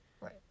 right